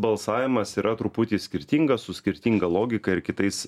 balsavimas yra truputį skirtingas su skirtinga logika ir kitais